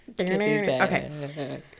Okay